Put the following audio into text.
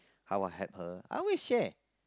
how I help her I always share